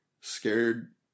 Scared